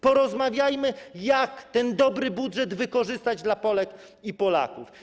Porozmawiajmy, jak ten dobry budżet wykorzystać dla Polek i Polaków.